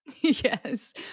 Yes